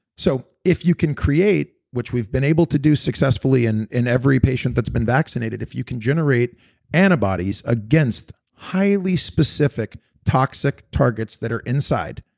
so if you can create, which we've been able to do successfully and in every patient that's been vaccinated, if you can generate antibodies against highly specific toxic targets that are inside,